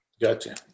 Gotcha